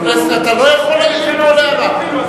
חבר הכנסת פלסנר, אתה לא יכול להעיר לכל הערה.